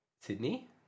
Sydney